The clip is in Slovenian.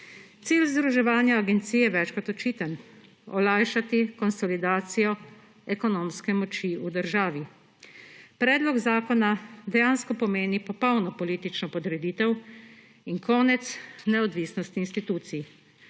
Cilj združevanja agencij je več kot očiten: olajšati konsolidacijo ekonomske moči v državi. Predlog zakona dejansko pomeni popolno politično podreditev in konec neodvisnosti institucij,